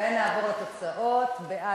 ונעבור לתוצאות: בעד,